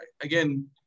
again